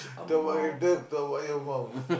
talk about your dad talk about your mum